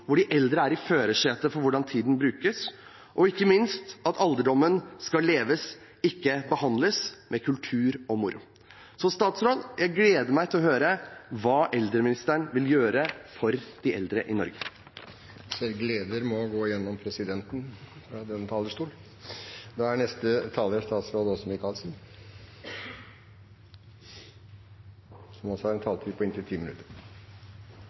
de eldre er i førersetet når det gjelder hvordan tiden brukes. Ikke minst skal alderdommen leves, med kultur og moro, ikke behandles. Jeg gleder meg til å høre hva eldreministeren vil gjøre for de eldre i Norge. Først vil jeg takke for at interpellanten tar opp et så viktig område. Vi har jo allerede diskutert litt, vi kjenner litt på